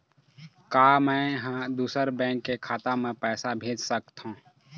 का मैं ह दूसर बैंक के खाता म पैसा भेज सकथों?